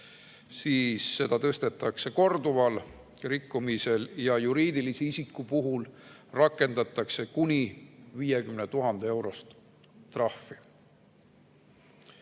Seda tõstetakse korduval rikkumisel ja juriidilise isiku puhul rakendatakse kuni 50 000‑eurost trahvi.